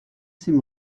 seem